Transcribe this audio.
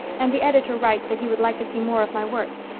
and the editor writes that he would like to see more of my work.